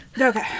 Okay